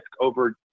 over